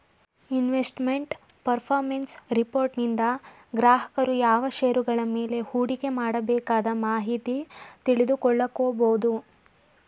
investment performance ರಿಪೋರ್ಟನಿಂದ ಗ್ರಾಹಕರು ಯಾವ ಶೇರುಗಳ ಮೇಲೆ ಹೂಡಿಕೆ ಮಾಡಬೇಕದ ಮಾಹಿತಿ ತಿಳಿದುಕೊಳ್ಳ ಕೊಬೋದು